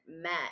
met